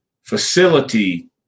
facility